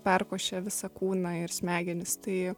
perkošia visą kūną ir smegenis tai